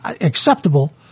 acceptable